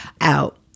out